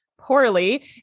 poorly